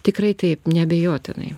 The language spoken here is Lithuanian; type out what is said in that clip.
tikrai taip neabejotinai